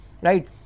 Right